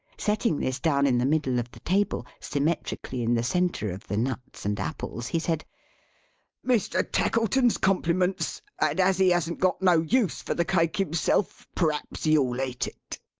setting this down in the middle of the table, symmetrically in the centre of the nuts and apples, he said mr. tackleton's compliments, and as he hasn't got no use for the cake himself, p'raps you'll eat it.